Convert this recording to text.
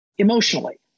emotionally